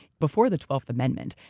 before the twelfth amendment,